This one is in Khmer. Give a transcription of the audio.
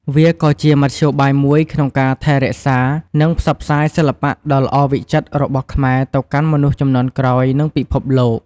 វាក៏ជាមធ្យោបាយមួយក្នុងការថែរក្សា និងផ្សព្វផ្សាយសិល្បៈដ៏ល្អវិចិត្ររបស់ខ្មែរទៅកាន់មនុស្សជំនាន់ក្រោយ និងពិភពលោក។